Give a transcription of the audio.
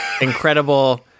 incredible